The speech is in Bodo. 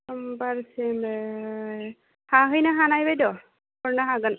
समबारसिमै हाहैनो हानाय बायद' हरनो हागोन